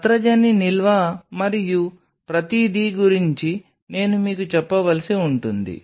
నత్రజని నిల్వ మరియు ప్రతిదీ గురించి నేను మీకు చెప్పవలసి ఉంటుంది